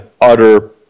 utter